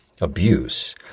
abuse